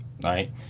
Right